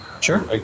Sure